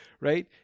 right